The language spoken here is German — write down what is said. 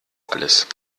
alles